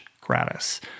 gratis